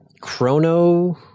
chrono